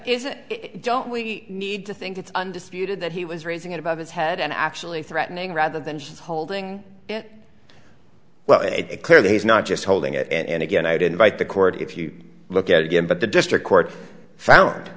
isn't it don't we need to think it's undisputed that he was raising it above his head and actually threatening rather than just holding it well it clearly is not just holding it and again i'd invite the court if you look at again but the district court found